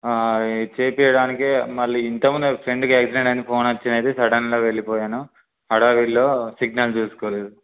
చేయించడానికి మళ్ళీ ఇంతకుముందు ఓ ఫ్రెండ్కి ఆక్సిడెంట్ అయింది ఫోన్ వచ్చింది సడన్గా వెళ్ళిపోయాను హడావిడిలో సిగ్నల్ చూసుకోలేదు